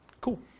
Cool